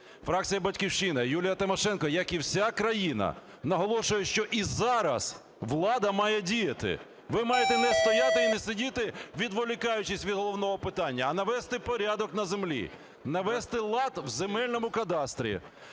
Фракція "Батьківщина", Юлія Тимошенко, як і вся країна наголошує, що і зараз влада має діяти. Ви маєте не стояти і не сидіти, відволікаючись від головного питання, а навести порядок на землі, навести лад у земельному кадастрі,